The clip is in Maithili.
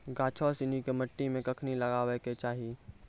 गाछो सिनी के मट्टी मे कखनी लगाबै के चाहि?